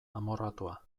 amorratua